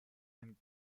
and